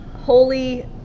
holy